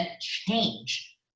change